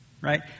Right